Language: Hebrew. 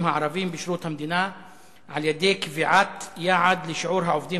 הערבים בשירות המדינה על-ידי קביעת יעד לשיעור העובדים